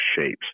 shapes